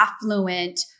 affluent